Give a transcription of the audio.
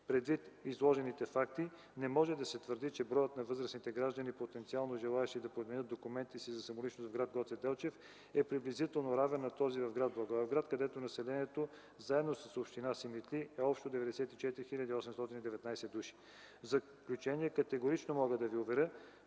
Предвид изложените факти, не може да се твърди, че броят на възрастните граждани, потенциално желаещи да подменят документите си за самоличност в гр. Гоце Делчев, е приблизително равен на този в гр. Благоевград, където населението, заедно с община Симитли, е общо 94 819 души. В заключение категорично мога да Ви уверя,